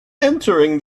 entering